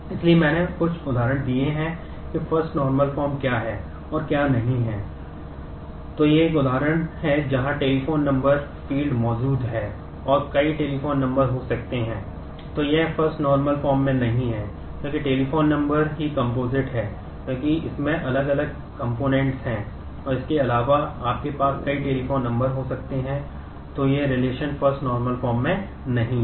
इसलिए मैंने कुछ उदाहरण दिए हैं कि फर्स्ट नॉर्मल फॉर्म में नहीं है